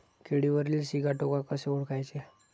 केळीवरील सिगाटोका कसे ओळखायचे?